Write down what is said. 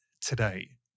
today